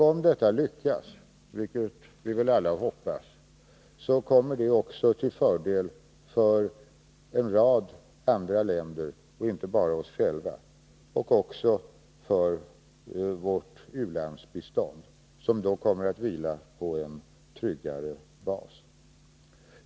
Om detta lyckas, vilket vi väl alla hoppas, kommer det att bli till fördel för också en rad andra länder och inte bara för oss själva. Vårt u-landsbistånd kommer då också att vila på en tryggare bas.